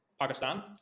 Pakistan